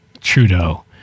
Trudeau